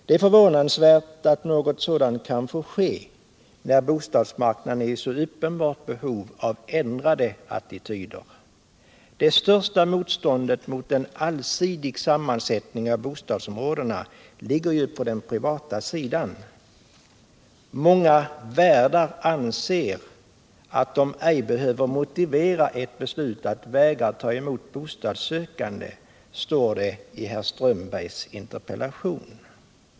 Det är förvånansvärt att något sådant kan få ske när bostadsmarknaden är i så oerhört stort behov av ändrade attityder! Det största motståndet mot en allsidig sammansättning av bostadsområdena ligger ju på den privata sidan. Många värdar anser att de ej behöver motivera ett beslut att vägra ta emot en bostadssökande, står det i herr Strömbergs interpellation.